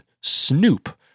snoop